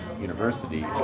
university